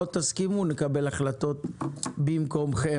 לא תסכימו, נקבל החלטות במקומכם.